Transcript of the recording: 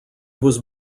was